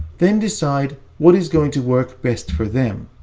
then decide what is going to work best for them.